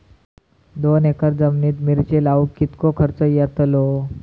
दोन एकर जमिनीत मिरचे लाऊक कितको खर्च यातलो?